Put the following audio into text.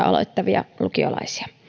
aloittavia lukiolaisia